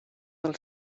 del